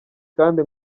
kandi